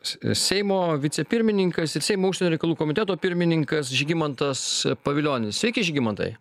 seimo vicepirmininkas ir seimo užsienio reikalų komiteto pirmininkas žygimantas pavilionis sveiki žygimantai